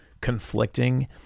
conflicting